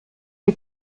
die